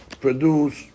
produce